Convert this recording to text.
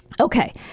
Okay